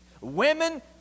women